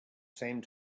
same